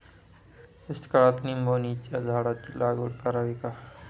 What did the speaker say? दुष्काळात निंबोणीच्या झाडाची लागवड करावी का?